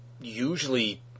usually